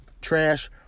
trash